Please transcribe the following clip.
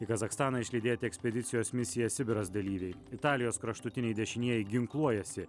į kazachstaną išlydėti ekspedicijos misija sibiras dalyviai italijos kraštutiniai dešinieji ginkluojasi